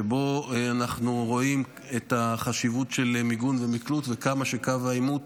שבה אנחנו רואים את החשיבות של מיגון ומקלוט וכמה שקו העימות